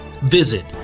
Visit